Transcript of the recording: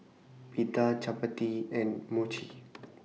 Pita Chapati and Mochi